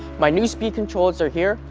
my new speed controls are here,